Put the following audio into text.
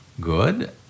good